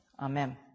Amen